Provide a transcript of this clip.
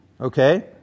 okay